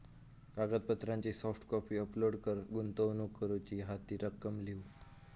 कागदपत्रांची soft copy upload कर, गुंतवणूक करूची हा ती रक्कम लिव्ह